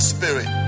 Spirit